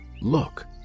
look